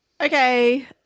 Okay